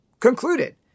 Concluded